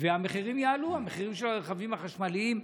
והמחירים יעלו, המחירים של הרכבים החשמליים.